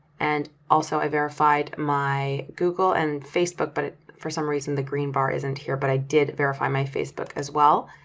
and also, i verified my google and facebook. but for some reason, the green bar isn't here, but i did verify my facebook as well.